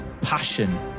passion